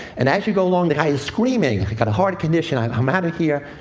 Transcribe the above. and as you go along, the guy is screaming, i've got a heart condition! i'm um out of here!